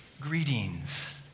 Greetings